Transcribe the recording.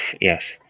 yes